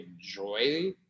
enjoy